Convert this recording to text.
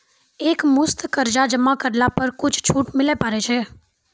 एक मुस्त कर्जा जमा करला पर कुछ छुट मिले पारे छै?